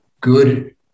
good